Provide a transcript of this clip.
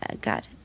God